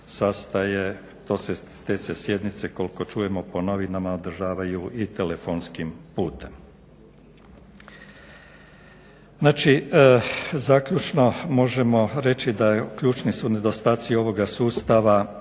sastaje, te se sjednice koliko čujemo po novinama održavaju i telefonskim putem. Znači, zaključno možemo reći da ključni su nedostatci ovoga sustava